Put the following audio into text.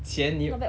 钱你